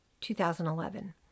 2011